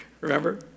Remember